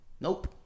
nope